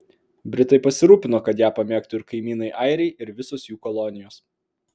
britai pasirūpino kad ją pamėgtų ir kaimynai airiai ir visos jų kolonijos